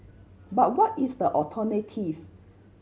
but what is the alternative